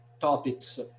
topics